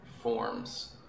forms